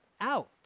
out